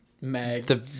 Meg